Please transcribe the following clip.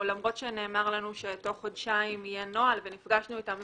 למרות שנאמר לנו שתוך חודשיים יהיה נוהל לוגם נפגשנו איתם,